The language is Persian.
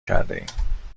کردهایم